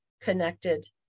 connected